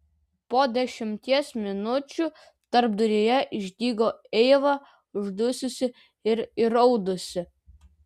po dešimties minučių tarpduryje išdygo eiva uždususi ir įraudusi